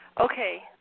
Okay